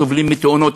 סובלים מתאונות.